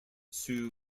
sue